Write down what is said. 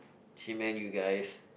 she meant you guys